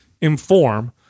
inform